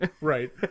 right